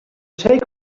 take